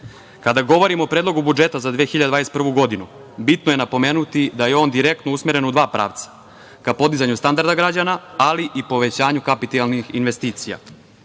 govorim o Predlogu budžeta za 2021. godinu, bitno je napomenuti da je on direktno usmeren u dva pravca – ka podizanju standarda građana, ali i povećanju kapitalnih investicija. Ono